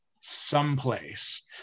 someplace